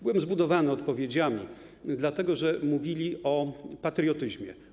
Byłem zbudowany odpowiedziami, dlatego że mówili o patriotyzmie.